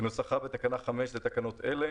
כנוסחה בתקנה 5 לתקנות אלה